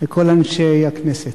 ולכל אנשי הכנסת.